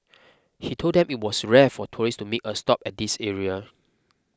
he told them it was rare for tourists to make a stop at this area